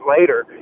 later